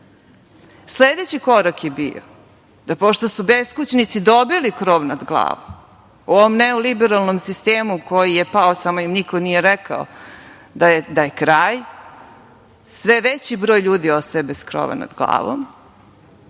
naselje. Sledeći korak je bio da, pošto su beskućnici dobili krov nad glavom u ovom neoliberalnom sistemu koji je pao, samo im niko nije rekao da je kraj, sve veći broj ljudi ostaje bez krova nad glavom,